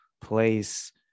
place